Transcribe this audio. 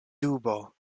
dubo